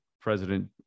president